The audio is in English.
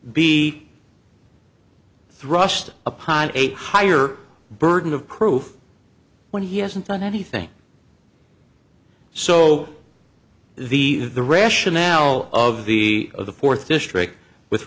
thrust upon a higher burden of proof when he hasn't done anything so the the rationale of the of the fourth district with